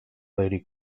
lady